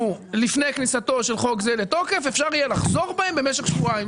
לפני כניסתו של חוק זה לתוקף אפשר יהיה לחזור בהן במשך שבועיים.